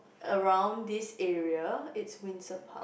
around this area is Windsor Park